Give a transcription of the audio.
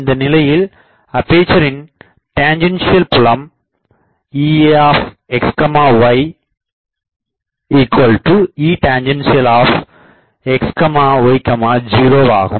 இந்த நிலையில் அப்பேசரின் டேஞ்சண்ட் புலம் EaxyEtantxy0ஆகும்